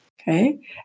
Okay